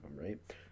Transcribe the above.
right